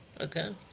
Okay